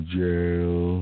jail